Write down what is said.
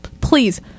Please